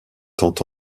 tant